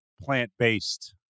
plant-based